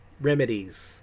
remedies